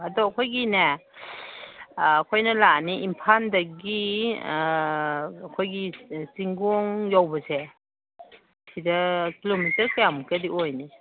ꯑꯗꯣ ꯑꯩꯈꯣꯏꯒꯤꯅꯦ ꯑꯩꯈꯣꯏꯅ ꯂꯥꯛꯑꯅꯤ ꯏꯝꯐꯥꯜꯗꯒꯤ ꯑꯩꯈꯣꯏꯒꯤ ꯆꯤꯡꯈꯣꯡ ꯌꯧꯕꯁꯦ ꯁꯤꯗ ꯀꯤꯂꯣꯃꯤꯇꯔ ꯀꯌꯥꯃꯨꯛꯀꯗꯤ ꯑꯣꯏꯅꯤ